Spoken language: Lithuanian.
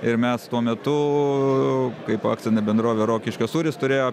ir mes tuo metu kaip akcinė bendrovė rokiškio sūris turėjo